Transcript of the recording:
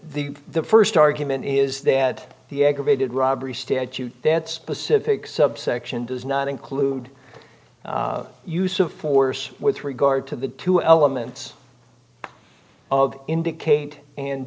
act the first argument is that the aggravated robbery statute that specific subsection does not include use of force with regard to the two elements of indicate and